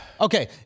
Okay